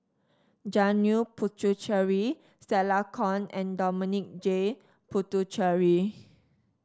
Janil Puthucheary Stella Kon and Dominic J Puthucheary